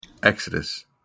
Exodus